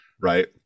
Right